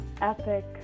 epic